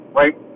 right